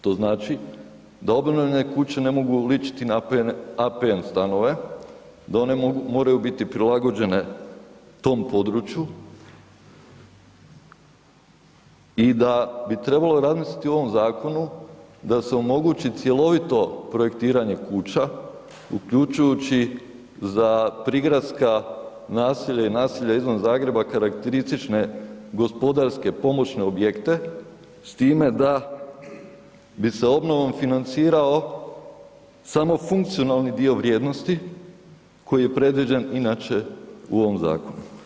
To znači da obnovljene kuće ne mogu ličiti na APN stanove, da one moraju biti prilagođene tom području i da bi trebalo razmisliti u ovom zakonu da se omogući cjelovito projektiranje kuća uključujući za prigradska naselja i naselja izvan Zagreba karakteristične gospodarske pomoćne objekte s time da bi se obnovom financirao samo funkcionalni dio vrijednosti koji je predviđen inače u ovom zakonu.